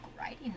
writing